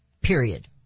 Period